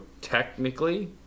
technically